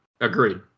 agreed